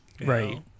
right